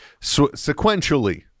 sequentially